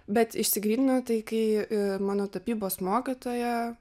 bet išsigrynino tai kai mano tapybos mokytoja